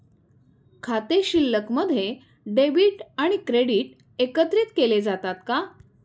खाते शिल्लकमध्ये डेबिट आणि क्रेडिट एकत्रित केले जातात का?